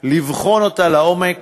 לבחון אותה לעומק